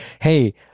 Hey